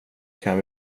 kan